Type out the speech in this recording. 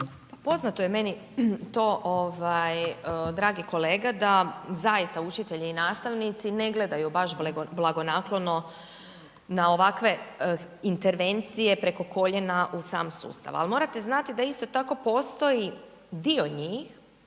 Poznato je meni to ovaj dragi kolega da zaista učitelji i nastavnici ne gledaju baš blagonaklono na ovakve intervencije preko koljena u sam sustav, al morate znati da isto tako postoji dio njih